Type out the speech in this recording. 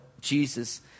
Jesus